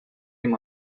him